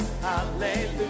hallelujah